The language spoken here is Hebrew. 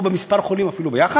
או אפילו בכמה חולים ביחד.